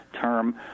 term